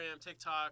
TikTok